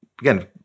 again